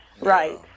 right